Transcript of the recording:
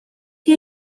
chi